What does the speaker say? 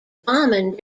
bombing